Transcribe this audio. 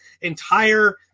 entire